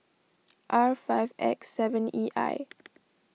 R five X seven E I